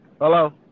Hello